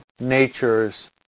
nature's